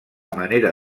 manera